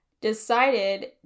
decided